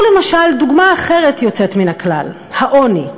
קחו למשל דוגמה אחרת יוצאת מן הכלל, העוני.